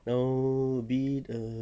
oh beat a